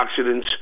antioxidants